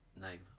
name